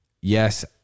Yes